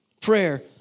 prayer